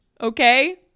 okay